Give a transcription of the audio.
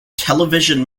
television